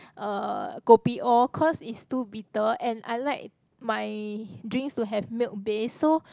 uh kopi O cause is too bitter and I like my drinks to have milk base so